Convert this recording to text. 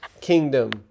kingdom